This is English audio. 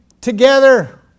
together